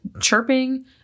chirping